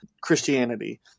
Christianity